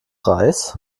reis